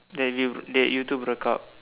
that you that you two broke up